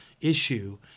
issue